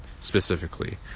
specifically